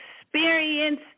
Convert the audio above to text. experience